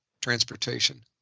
transportation